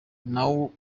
nawo